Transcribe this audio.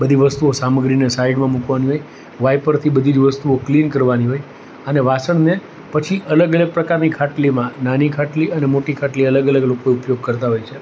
બધી વસ્તુઓ સામગ્રીને સાઈડમાં મૂકવાની હોય વાઇપરથી બધી જ વસ્તુઓ ક્લીન કરવાની હોય અને વાસણને પછી અલગ અલગ પ્રકારની ખાટલીમાં નાની ખાટલી અને મોટી ખાટલી અલગ અલગ લોકો ઉપયોગ કરતા હોય છે